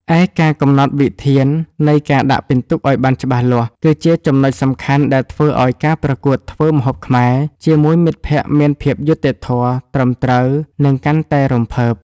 ឯការកំណត់វិធាននៃការដាក់ពិន្ទុឱ្យបានច្បាស់លាស់ គឺជាចំណុចសំខាន់ដែលធ្វើឱ្យការប្រកួតធ្វើម្ហូបខ្មែរជាមួយមិត្តភក្តិមានភាពយុត្តិធម៌ ត្រឹមត្រូវ និងកាន់តែរំភើប។